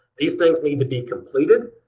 these things need to be completed.